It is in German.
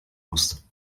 muss